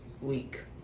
week